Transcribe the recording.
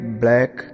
black